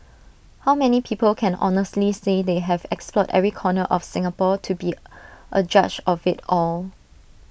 how many people can honestly say they have explored every corner of Singapore to be A judge of IT all